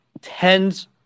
tens